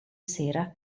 sera